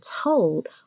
told